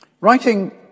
Writing